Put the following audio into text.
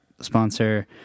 sponsor